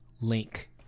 link